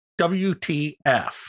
WTF